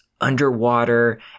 underwater